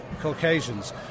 Caucasians